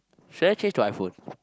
should I change to iPhone